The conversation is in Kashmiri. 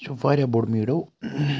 سُہ چھُ واریاہ بوٚڈ میٖڈو